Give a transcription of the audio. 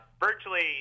virtually